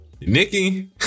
Nikki